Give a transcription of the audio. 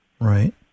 Right